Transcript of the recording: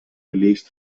released